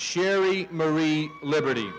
sherry marie liberty